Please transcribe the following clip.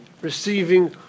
receiving